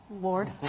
Lord